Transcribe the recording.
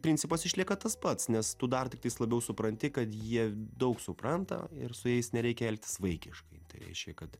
principas išlieka tas pats nes tu dar tiktais labiau supranti kad jie daug supranta ir su jais nereikia elgtis vaikiškai tai reiškia kad